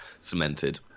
cemented